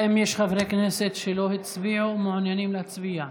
האם יש חברי כנסת שלא הצביעו ומעוניינים להצביע?